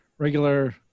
regular